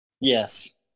Yes